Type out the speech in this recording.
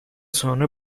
sonra